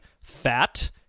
Fat